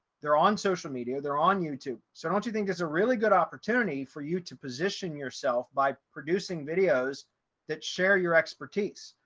they're on social media, they're on youtube. so don't you think it's a really good opportunity for you to position yourself by producing videos that share your expertise,